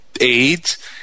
AIDS